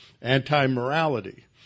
anti-morality